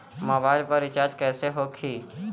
Mobile पर recharge कैसे होखी?